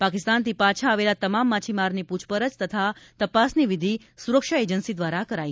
પાકિસ્તાનથી પાછા આવેલા તમામ માછીમારની પૂછપરછ તથા તપાસની વિધિ સુરક્ષા એજન્સી દ્વારા કરાઇ હતી